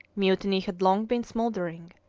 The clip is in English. mutiny had long been smouldering.